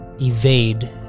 evade